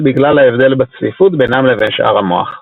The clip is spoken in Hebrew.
בגלל ההבדל בצפיפות בינם לבין שאר המוח.